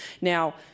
Now